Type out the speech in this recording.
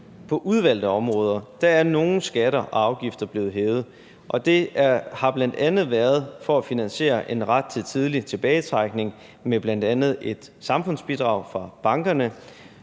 På udvalgte områder er nogle skatter og afgifter blevet hævet, og det har bl.a. været for at finansiere en ret til tidlig tilbagetrækning med bl.a. et samfundsbidrag fra bankerne.